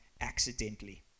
accidentally